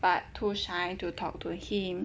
but too shy to talk to him